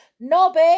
Nobby